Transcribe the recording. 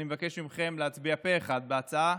אני מבקש מכם להצביע פה אחד בעד ההצעה,